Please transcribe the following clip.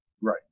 right